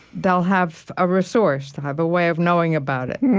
they'll have a resource. they'll have a way of knowing about it.